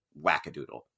wackadoodle